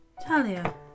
Talia